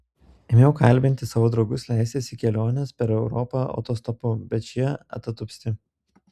ėmiau kalbinti savo draugus leistis į keliones per europą autostopu bet šie atatupsti